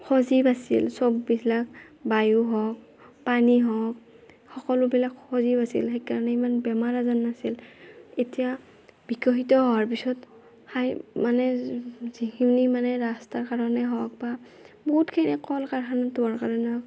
সজীৱ আছিল চব বিলাক বায়ু হওক পানী হওক সকলোবিলাক সজীৱ আছিল সেই কাৰণে ইমান বেমাৰ আজাৰ নাছিল এতিয়া বিকশিত হোৱাৰ পিছত সেই মানে যিখিনি মানে ৰাস্তাৰ কাৰণে হওক বা বহুতখিনি কল কাৰখানাৰ ধোঁৱাৰ কাৰণে হওক